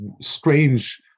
strange